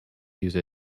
use